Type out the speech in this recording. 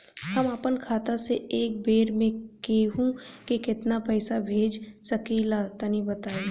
हम आपन खाता से एक बेर मे केंहू के केतना पईसा भेज सकिला तनि बताईं?